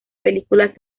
películas